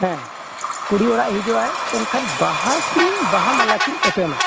ᱦᱮᱸ ᱠᱩᱲᱤ ᱚᱲᱟᱜ ᱦᱤᱡᱩᱜ ᱟᱭ ᱮᱱᱠᱷᱟᱱ ᱵᱟᱦᱟ ᱠᱤᱱ ᱵᱟᱦᱟ ᱢᱟᱞᱟ ᱠᱤᱱ ᱮᱯᱮᱢᱟ